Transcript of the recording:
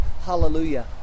Hallelujah